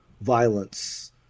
violence